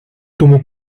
тому